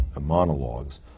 monologues